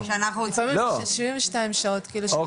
72 שעות כאילו נותנים להם להתארגן.